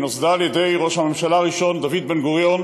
היא נוסדה על-ידי ראש הממשלה הראשון דוד בן-גוריון